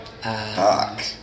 Fuck